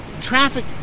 traffic